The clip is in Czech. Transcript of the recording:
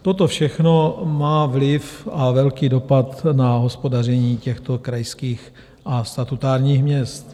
Toto všechno má vliv a velký dopad na hospodaření krajských a statutárních měst.